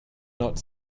not